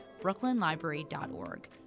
brooklynlibrary.org